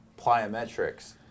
plyometrics